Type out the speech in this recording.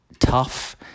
tough